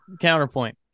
Counterpoint